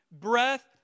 breath